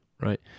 right